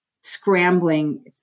scrambling